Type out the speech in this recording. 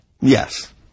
Yes